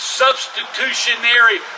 substitutionary